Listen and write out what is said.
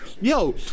yo